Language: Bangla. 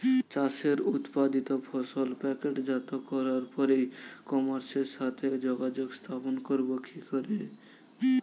চাষের উৎপাদিত ফসল প্যাকেটজাত করার পরে ই কমার্সের সাথে যোগাযোগ স্থাপন করব কি করে?